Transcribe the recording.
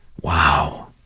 Wow